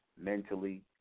mentally